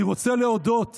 אני רוצה להודות